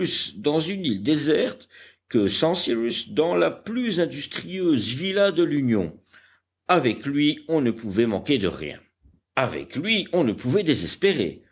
dans une île déserte que sans cyrus dans la plus industrieuse villa de l'union avec lui on ne pouvait manquer de rien avec lui on ne pouvait désespérer